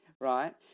right